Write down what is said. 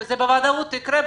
זה בוודאות יקרה,